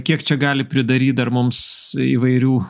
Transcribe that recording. kiek čia gali pridaryt dar mums įvairių